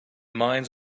mines